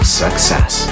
success